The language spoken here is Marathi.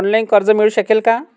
ऑनलाईन कर्ज मिळू शकेल का?